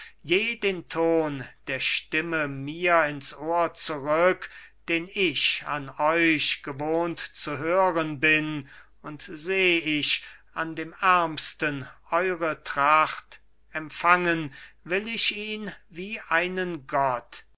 den ton der stimme mir in's ohr zurück den ich an euch gewohnt zu hören bin und seh ich an dem ärmsten eure tracht empfangen will ich ihn wie einen gott